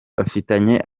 bafitanye